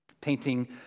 Painting